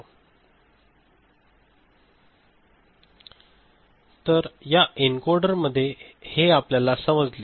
तर या एन्कोडर मध्ये हे आपल्याला समजले